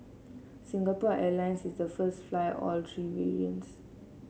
Singapore Airlines is the first fly all three variants